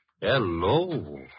Hello